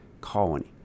colony